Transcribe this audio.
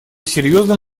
серьезным